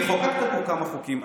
חוקקת פה כמה חוקים,